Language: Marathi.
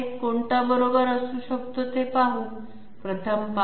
कोणता बरोबर असू शकतो ते पाहू प्रथम पाहू